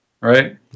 Right